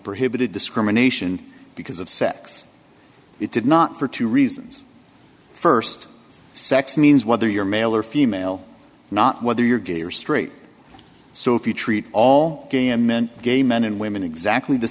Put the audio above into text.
prohibited discrimination because of sex it did not for two reasons st sex means whether you're male or female not whether you're gay or straight so if you treat all gay men gay men and women exactly the